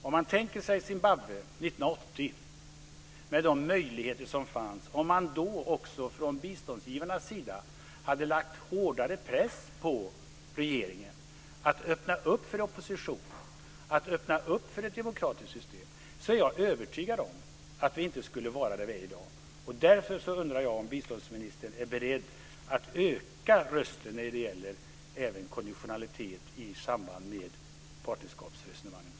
Om biståndsgivarna 1980, med de möjligheter som fanns då för Zimbabwe, hade lagt hårdare press på regeringen att öppna för en opposition och ett demokratiskt system, är jag övertygad om att vi inte hade varit där vi är i dag. Är biståndsministern beredd att höja på rösten när det gäller konditionalitet i samband med partnerskapsresonemangen?